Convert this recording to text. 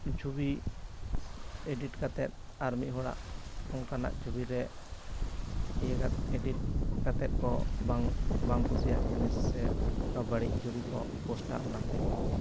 ᱪᱷᱚᱵᱤ ᱮᱰᱤᱴ ᱠᱟᱛᱮᱫ ᱟᱨ ᱢᱤᱫ ᱦᱚᱲᱟᱜ ᱚᱱᱠᱟᱱᱟᱜ ᱪᱷᱚᱵᱤ ᱨᱮ ᱤᱭᱟᱹ ᱠᱟᱛᱮ ᱮᱰᱤᱴ ᱠᱟᱛᱮᱫ ᱠᱚ ᱵᱟᱝ ᱵᱟᱝ ᱠᱩᱥᱤᱭᱟᱜ ᱡᱤᱱᱤᱥ ᱥᱮ ᱵᱟᱹᱲᱤᱡ ᱪᱷᱩᱵᱤ ᱠᱚ ᱯᱳᱥᱴᱟ ᱚᱱᱟᱛᱮ ᱤᱧ